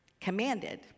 commanded